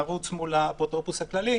הערוץ מול האפוטרופוס הכללי,